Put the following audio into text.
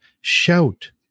shout